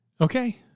Okay